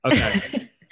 Okay